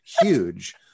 huge